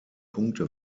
punkte